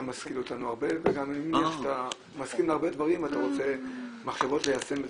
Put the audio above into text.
גם משכיל אותנו הרבה וגם אתה מסכים להרבה דברים ואתה רוצה מחשבות ליישם,